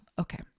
Okay